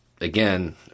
again